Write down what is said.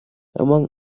among